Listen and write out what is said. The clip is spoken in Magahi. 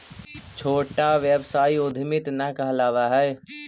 छोटा व्यवसाय उद्यमीट न कहलावऽ हई